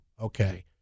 okay